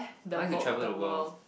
I like to travel the world